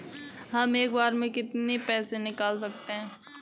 हम एक बार में कितनी पैसे निकाल सकते हैं?